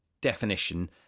definition